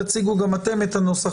תציגו גם אתן את הנוסח,